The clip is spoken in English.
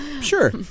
Sure